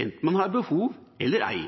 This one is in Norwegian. enten man har behov eller ei.